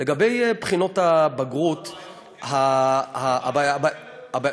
לגבי בחינות הבגרות, הבעיה מוכרת לך?